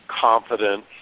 confidence